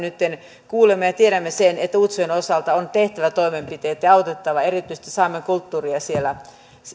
nyt kuulemme ja ja tiedämme sen että utsjoen osalta on tehtävä toimenpiteitä ja autettava erityisesti saamen kulttuuria siellä